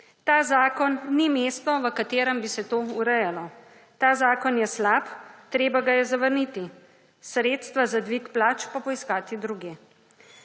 Ta zakon ni mesto, v katerem bi se to urejalo. Ta zakon je slab, treba ga je zavrniti, sredstva za dvig plač pa poiskati drugje.